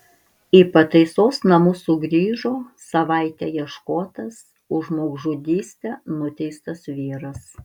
į pataisos namus sugrįžo savaitę ieškotas už žmogžudystę nuteistas vyras